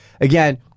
Again